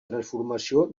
transformació